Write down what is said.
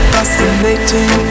Fascinating